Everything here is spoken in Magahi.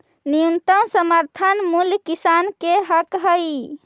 न्यूनतम समर्थन मूल्य किसान के हक हइ